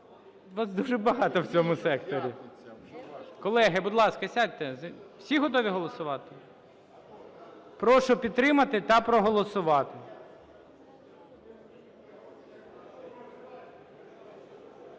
вас дуже багато в цьому секторі. Колеги, будь ласка, сядьте. Всі готові голосувати? Прошу підтримати та проголосувати.